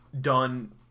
done